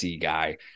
guy